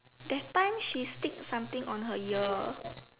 that time she stick on her ear